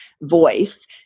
voice